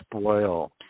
spoil